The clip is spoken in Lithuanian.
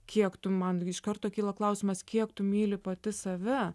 kiek tu man iš karto kyla klausimas kiek tu myli pati save